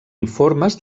informes